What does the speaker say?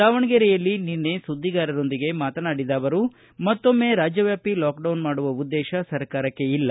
ದಾವಣಗೆರೆಯಲ್ಲಿ ನಿನ್ನೆ ಸುದ್ವಿಗಾರರೊಂದಿಗೆ ಮಾತನಾಡಿದ ಅವರು ಮತ್ತೊಮ್ಮೆ ರಾಜ್ಯಾವ್ಯಾಪಿ ಲಾಕ್ಡೌನ್ ಮಾಡುವ ಉದ್ದೇಶ ಸರ್ಕಾರಕ್ಕೆ ಇಲ್ಲ